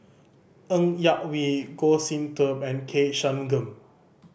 Ng Yak Whee Goh Sin Tub and K Shanmugam